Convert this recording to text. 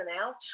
out